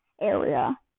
area